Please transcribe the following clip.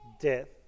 death